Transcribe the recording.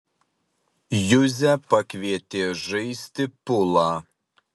juzę pakvietė žaisti pulą